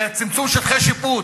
צמצום שטחי שיפוט,